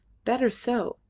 better so.